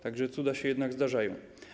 Tak że cuda się jednak zdarzają.